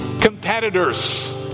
competitors